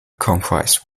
comprised